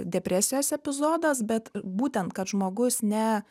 depresijos epizodas bet būtent kad žmogus ne